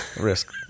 risk